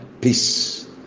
Peace